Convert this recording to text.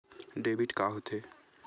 Debit का होथे?